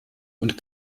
und